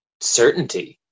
certainty